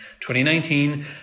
2019